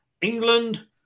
England